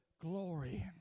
glory